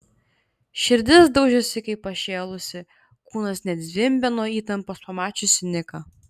širdis daužėsi kaip pašėlusi kūnas net zvimbė nuo įtampos pamačius niką